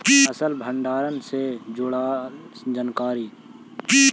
फसल भंडारन से जुड़ल जानकारी?